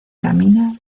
camina